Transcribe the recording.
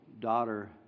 daughter